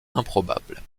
improbable